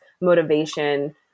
motivation